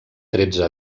tretze